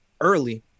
early